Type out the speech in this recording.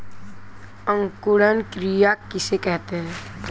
अंकुरण क्रिया किसे कहते हैं?